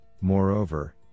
moreover